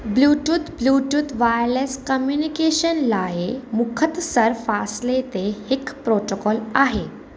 Bluetooth bluetooth wireless communication लाइ मुख़्तसर फासले ते हिकु प्रोटोकॉल आहे